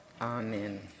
Amen